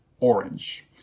orange